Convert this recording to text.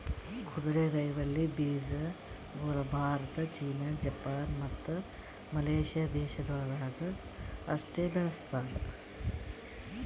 ಕುದುರೆರೈವಲಿ ಬೀಜಗೊಳ್ Bharat, China, Japan, ಮತ್ತ ಮಲೇಷ್ಯಾ ದೇಶಗೊಳ್ದಾಗ್ ಅಷ್ಟೆ ಬೆಳಸ್ತಾರ್